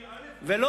ביבי א' או ביבי ב'?